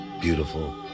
beautiful